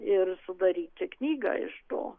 ir sudaryti knygą iš to